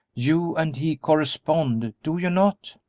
you and he correspond, do you not?